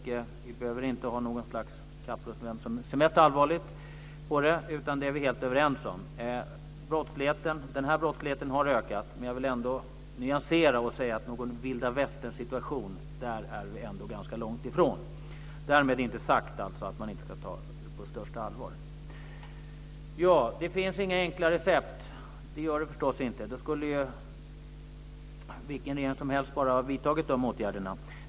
Vi behöver inte ha något slags kapprustning om vem som ser mest allvarligt på det, utan här är vi helt överens. Den här brottsligheten har ökat, men jag vill ändå nyansera och säga att någon vilda västern-situation är vi ganska långt ifrån. Därmed vill jag dock inte säga att man inte ska ta detta på största allvar. Det finns inga enkla sätt. I så fall skulle vilken regering som helst bara ha vidtagit de åtgärderna.